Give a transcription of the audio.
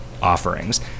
Offerings